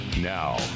Now